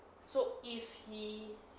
so if he